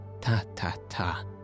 Ta-ta-ta